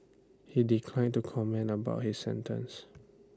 he declined to comment about his sentence